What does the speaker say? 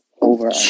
over